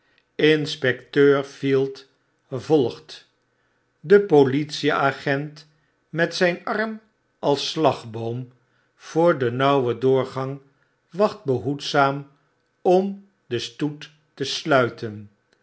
inspecteur field volgt de politieagent met zyn arm als slagboom voor den nauwen doorgang wacht behoedzaam om den stoet te sluiten